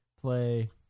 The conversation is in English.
play